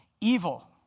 evil